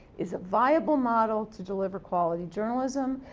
is a viable model to deliver quality journalism.